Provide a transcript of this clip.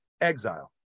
exile